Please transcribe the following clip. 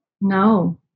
No